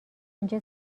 اینجا